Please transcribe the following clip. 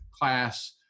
class